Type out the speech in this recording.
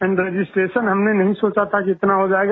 and in registration हमने नहीं सोचा था कि इतना हो जाएगा